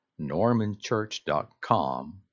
normanchurch.com